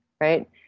right